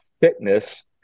fitness